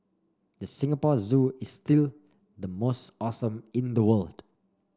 the Singapore Zoo is still the most awesome in the world